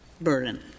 burden